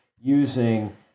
using